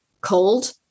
cold